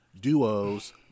duos